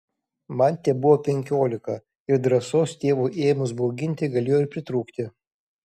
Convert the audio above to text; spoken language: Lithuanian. man tebuvo penkiolika ir drąsos tėvui ėmus bauginti galėjo ir pritrūkti